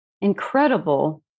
incredible